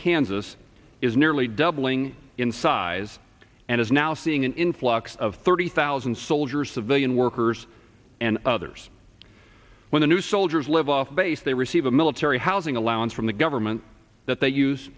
kansas is nearly doubling in size and is now seeing an influx of thirty thousand soldiers civilian workers and others when the new soldiers live off base they receive a military housing allowance from the government that they use